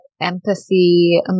empathy